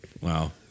Wow